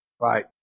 Right